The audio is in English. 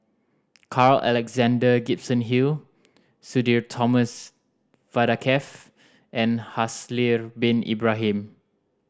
Carl Alexander Gibson Hill Sudhir Thomas Vadaketh and Haslir Bin Ibrahim